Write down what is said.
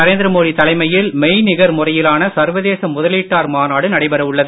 நரேந்திர மோடி தலைமையில் மெய்நிகர் முறையிலான சர்வதேச முதலீட்டாளர் மாநாடு நடைபெற உள்ளது